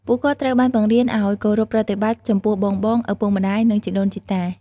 ពួកគាត់ត្រូវបានបង្រៀនឱ្យ គោរពប្រតិបត្តិ ចំពោះបងៗ ឪពុកម្ដាយ និងជីដូនជីតា។